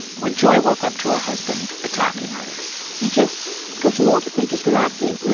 when joy woke up to her husband attacking her he just got a hold of me, just grabbed me